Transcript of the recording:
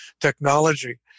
technology